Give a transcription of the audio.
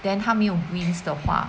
then 他没有 greens 的话